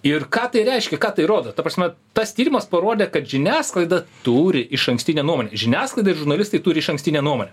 ir ką tai reiškia ką tai rodo ta prasme tas tyrimas parodė kad žiniasklaida turi išankstinę nuomonę žiniasklaida ir žurnalistai turi išankstinę nuomonę